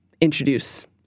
introduce